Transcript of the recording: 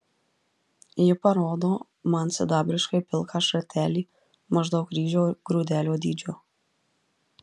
ji parodo man sidabriškai pilką šratelį maždaug ryžio grūdelio dydžio